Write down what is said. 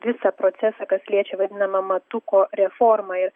visą procesą kas liečia vadinamą matuko reformą ir